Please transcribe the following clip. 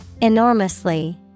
Enormously